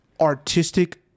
artistic